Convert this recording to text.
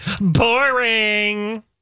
Boring